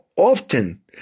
Often